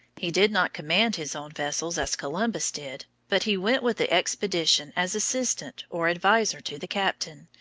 he did not command his own vessels, as columbus did, but he went with the expedition as assistant or adviser to the captain,